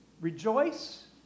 Rejoice